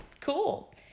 cool